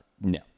No